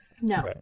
No